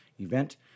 event